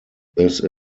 this